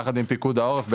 יחד עם פיקוד העורף,